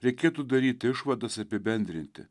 reikėtų daryt išvadas apibendrinti